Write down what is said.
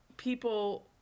People